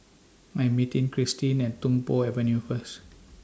I'm meeting Kristine At Tung Po Avenue First